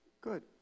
good